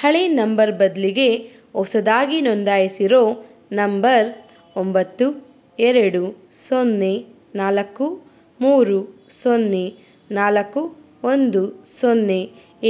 ಹಳೆಯ ನಂಬರ್ ಬದಲಿಗೆ ಹೊಸದಾಗಿ ನೋಂದಾಯಿಸಿರೋ ನಂಬರ್ ಒಂಬತ್ತು ಎರಡು ಸೊನ್ನೆ ನಾಲ್ಕು ಮೂರು ಸೊನ್ನೆ ನಾಲ್ಕು ಒಂದು ಸೊನ್ನೆ